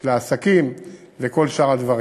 של העסקים וכל שאר הדברים.